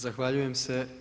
Zahvaljujem se.